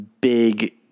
Big